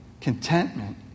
contentment